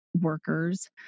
workers